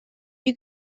you